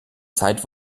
zeit